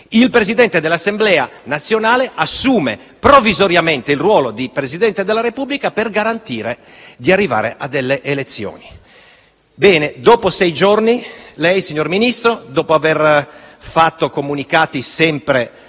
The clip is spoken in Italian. il Presidente dell'Assemblea nazionale assume provvisoriamente il ruolo di Presidente della Repubblica per garantire di arrivare a delle elezioni. Signor Ministro, dopo sei giorni e dopo aver fatto comunicati sempre